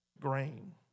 grain